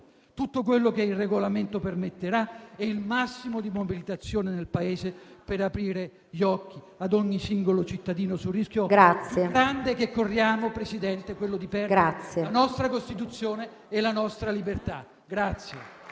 tutto quello che il Regolamento permetterà e il massimo di mobilitazione nel Paese, per aprire gli occhi a ogni singolo cittadino sul rischio più grande che corriamo, Presidente, che è quello di perdere la nostra Costituzione e la nostra libertà.